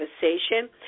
conversation